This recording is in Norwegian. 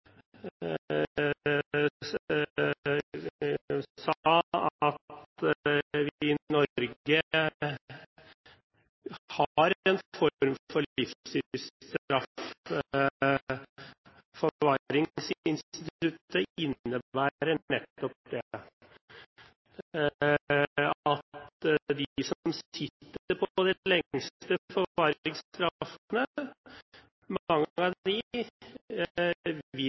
sa at vi i Norge har en form for livstidsstraff. Forvaringsinstituttet innebærer nettopp at når det gjelder de som sitter på de lengste forvaringsstraffene, vil nok mange av